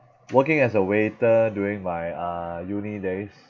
working as a waiter during my uh uni days